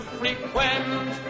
frequent